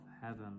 heaven